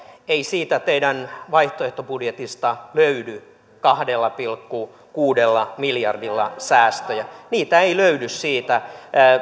ei siitä teidän vaihtoehtobudjetistanne löydy kahdella pilkku kuudella miljardilla säästöjä niitä ei löydy siitä